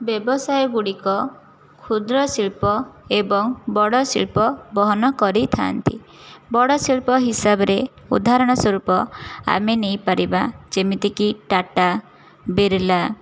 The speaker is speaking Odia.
ବ୍ୟବସାୟଗୁଡ଼ିକ କ୍ଷୁଦ୍ର ଶିଳ୍ପ ଏବଂ ବଡ଼ ଶିଳ୍ପ ବହନ କରିଥାନ୍ତି ବଡ଼ ଶିଳ୍ପ ହିସାବରେ ଉଦାହରଣସ୍ୱରୂପ ଆମେ ନେଇପାରିବା ଯେମିତିକି ଟାଟା ବିର୍ଲା